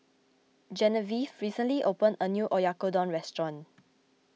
Genevieve recently opened a new Oyakodon restaurant